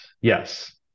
yes